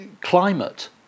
Climate